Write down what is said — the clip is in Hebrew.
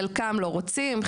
חלקם לא רוצים,